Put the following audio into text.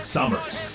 Summers